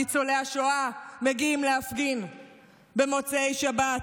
ניצולי השואה מגיעים להפגין במוצאי שבת,